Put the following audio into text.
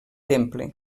temple